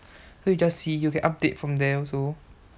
so you just see you can update from there also